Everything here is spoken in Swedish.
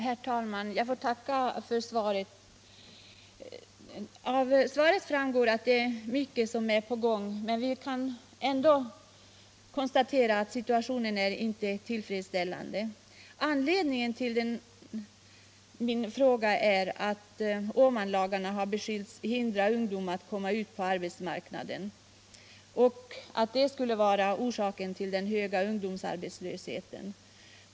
Herr talman! Jag vill tacka för svaret. Av detsamma framgår att mycket är på gång. Men vi kan ändå konstatera att situationen inte är tillfredsställande. Anledningen till min fråga var att det har sagts att Åmanlagarna hindrar ungdomarna från att komma ut på arbetsmarknaden; de lagarna skulle alltså vara orsaken till den höga ungdomsarbetslösheten.